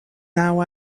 now